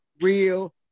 real